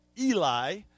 Eli